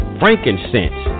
frankincense